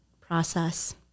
process